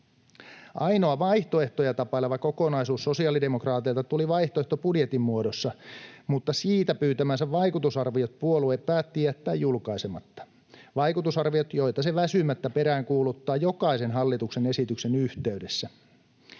Ainoa vaihtoehtoja tapaileva kokonaisuus sosiaalidemokraateilta tuli vaihtoehtobudjetin muodossa, mutta siitä pyytämänsä vaikutusarviot puolue päätti jättää julkaisematta — vaikutusarviot, joita se väsymättä peräänkuuluttaa jokaisen hallituksen esityksen yhteydessä.